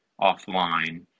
offline